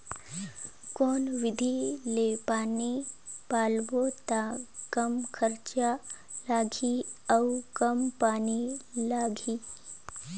कौन विधि ले पानी पलोबो त कम खरचा लगही अउ कम पानी लगही?